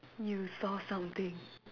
you saw something